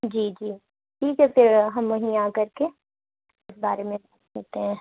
جی جی ٹھیک ہے پھر ہم وہیں آکر کے اِس بارے میں پوچھتے ہیں